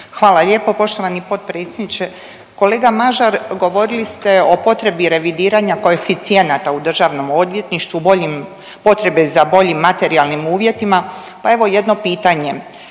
Hvala lijepo poštovani potpredsjedniče. Kolega Mažar, govorili ste o potrebi revidiranja koeficijenata u DORH-u, boljim, potrebe za boljim materijalnim uvjetima, pa evo, jedno pitanje.